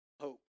hope